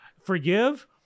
forgive